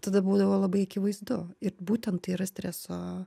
tada būdavo labai akivaizdu ir būtent tai yra streso